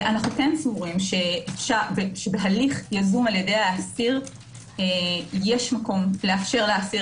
אנו כן סבורים שבהליך יזום על-ידי האסיר יש מקום לאפשר לאסיר